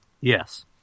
Yes